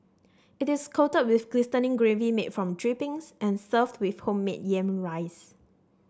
it is coated with glistening gravy made from drippings and served with homemade yam rice